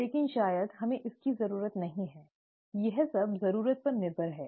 लेकिन शायद हमें इसकी जरूरत नहीं है ठीक है यह सब जरूरत पर निर्भर है